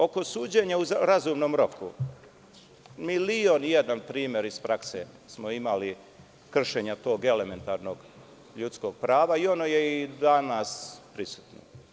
Oko suđenja u razumnom roku, milion jedan primer iz prakse smo imali, kršenja tog elementarnog ljudskog prava i ono je i danas prisutno.